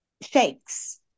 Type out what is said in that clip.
shakes